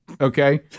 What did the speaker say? okay